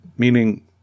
meaning